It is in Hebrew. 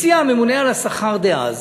הציע הממונה על השכר דאז,